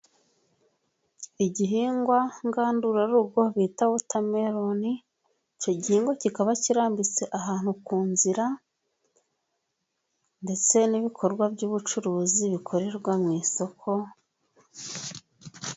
Igihingwa ngandurarugo bita wotameroni. Icyo gihingwa kikaba kirambitse ahantu ku nzira ndetse n'ibikorwa by'ubucuruzi bikorerwa mu isoko...